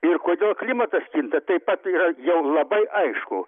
ir kodėl klimatas kinta taip pat yra jau labai aišku